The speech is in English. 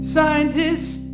Scientists